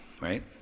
right